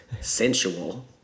sensual